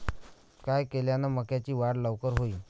काय केल्यान मक्याची वाढ लवकर होईन?